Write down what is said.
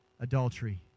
adultery